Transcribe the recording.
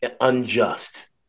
unjust